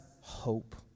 hope